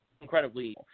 incredibly